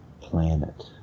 planet